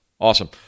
awesome